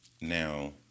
Now